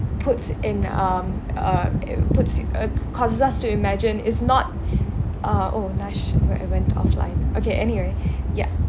puts in um uh it puts you uh causes us to imagine is not uh oh nash went went offline okay anyway ya